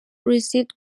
received